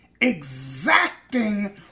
exacting